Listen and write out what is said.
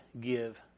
give